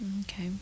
Okay